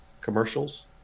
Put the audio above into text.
commercials